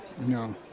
No